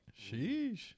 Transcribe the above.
Sheesh